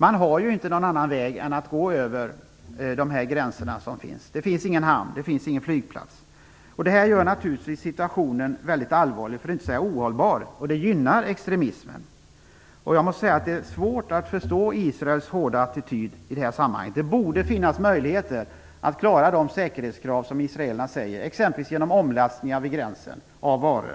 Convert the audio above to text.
Man har inte någon annan väg än att gå över de gränser som finns. Det finns ingen hamn. Det finns ingen flygplats. Det gör situationen väldigt allvarlig, för att inte säga ohållbar. Det gynnar extremismen. Det är svårt att förstå Israels hårda attityd i detta sammanhang. Det borde finnas möjligheter att klara de säkerhetskrav som israelerna har, exempelvis genom omlastningar av varor vid